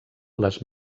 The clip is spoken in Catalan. les